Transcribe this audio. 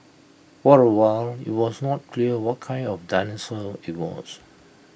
for A while IT was not clear what kind of dinosaur IT was